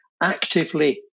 actively